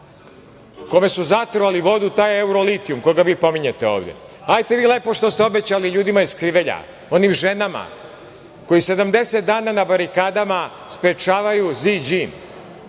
kome su zatrovali vodu taj „Eurolitijum“, koga vi pominjete ovde. Hajde lepo, što ste obećali ljudima iz Krivelja, onim ženama koje 70 dana na barikadama sprečavaju „Ziđin“,